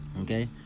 okay